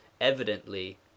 Evidently